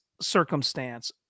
circumstance